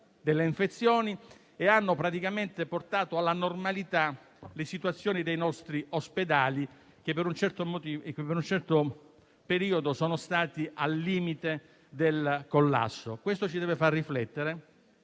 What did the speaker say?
delle infezioni e hanno praticamente portato alla normalità le situazioni dei nostri ospedali che, per un certo periodo, sono stati al limite del collasso. Questo ci deve far riflettere